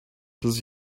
cause